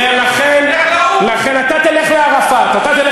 לך לאו"ם.